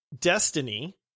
Destiny